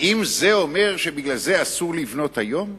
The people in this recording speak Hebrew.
האם זה אומר שבגלל זה אסור לבנות היום?